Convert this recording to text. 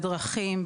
בדרכים,